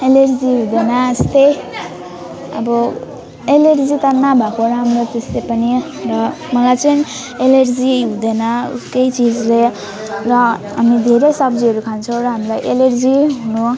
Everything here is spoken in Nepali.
एलर्जी हुँदैन यस्तै अब एलर्जी त नभएको राम्रो त्यसै पनि र मलाई चाहिँ एलर्जी हुँदैन केही चिजले र हामी धेरै सब्जीहरू खान्छौँ र हामीलाई एलर्जी हुनु